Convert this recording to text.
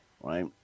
right